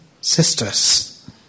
sisters